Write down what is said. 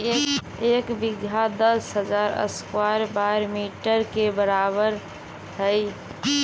एक बीघा दस हजार स्क्वायर मीटर के बराबर हई